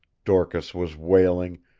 dorcas was wailing.